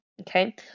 okay